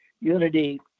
unity